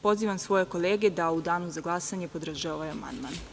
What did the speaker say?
Pozivam svoje kolege da u danu za glasanje podrže ovaj amandman.